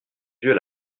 yeux